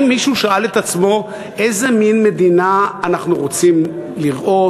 האם מישהו שאל את עצמו איזו מדינה אנחנו רוצים לראות?